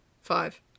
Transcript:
five